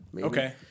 okay